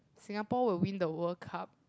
Singapore will win the World Cup